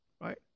right